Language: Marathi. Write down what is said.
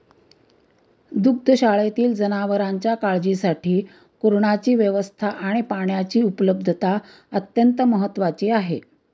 दुग्धशाळेतील जनावरांच्या काळजीसाठी कुरणाची व्यवस्था आणि पाण्याची उपलब्धता अत्यंत महत्त्वाची आहे